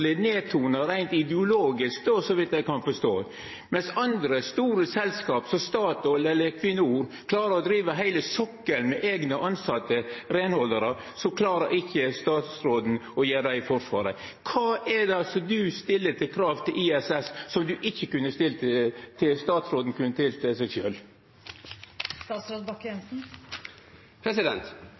tona ned reint ideologisk – så vidt eg kan forstå. Medan andre store selskap, som Equinor, klarer å driva heile sokkelen med eigne tilsette reinhaldarar, klarer ikkje statsråden å gjera det i Forsvaret. Kva krav er det statsråden stiller til ISS, som han ikkje kunne stilt til seg